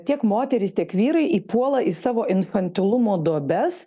tiek moterys tiek vyrai įpuola į savo infantilumo duobes